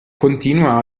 continua